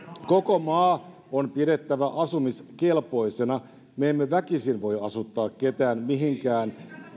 koko maa on pidettävä asumiskelpoisena me emme väkisin voi asuttaa ketään mihinkään